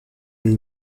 les